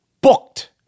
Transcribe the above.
Booked